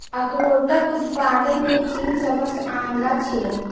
अखरोटक उत्पादन मे चीन सबसं आगां छै